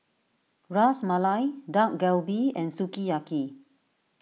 Ras Malai Dak Galbi and Sukiyaki